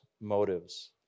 motives